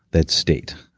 that state.